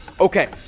Okay